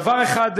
לדבר אחד,